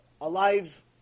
alive